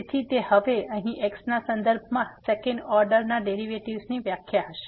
તેથી તે હવે અહીં X ના સંદર્ભમાં સેકન્ડ ઓર્ડર ના ડેરીવેટીવની વ્યાખ્યા હશે